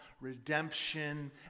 redemption